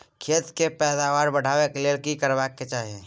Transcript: खेत के पैदावार बढाबै के लेल की करबा के चाही?